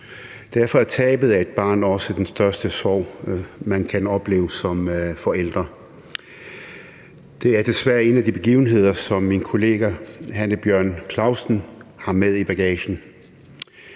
Derfor er tabet af et barn også den største sorg, man kan opleve som forældre. Det er desværre en af de begivenheder, som min kollega Hanne Bjørn-Klausen har med i bagagen.